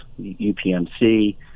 UPMC